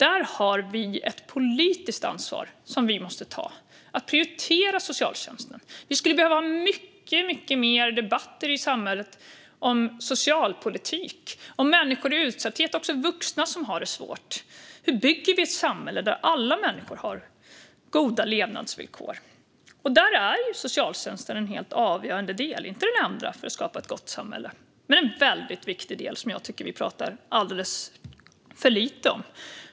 Vi har ett politiskt ansvar att prioritera socialtjänsten, och vi måste ta detta ansvar. Vi skulle behöva mycket mer debatt i samhället om socialpolitik och om människor i utsatthet, också vuxna, som har det svårt. Hur bygger vi ett samhälle där alla människor har goda levnadsvillkor? Där är socialtjänsten en avgörande del, om än inte den enda, för att skapa ett gott samhälle. Detta är en väldigt viktig del som jag tycker att vi talar alldeles för lite om.